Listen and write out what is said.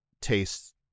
tastes